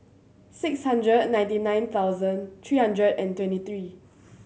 six hundred and ninety nine thousand three hundred and twenty three